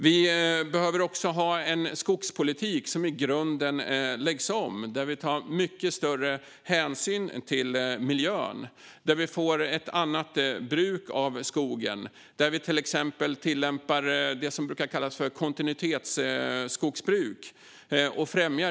Vi behöver också ha en skogspolitik som i grunden läggs om och som tar mycket större hänsyn till miljön och ger ett annat bruk av skogen. Vi kan till exempel tillämpa och främja det som brukar kallas för kontinuitetsskogsbruk.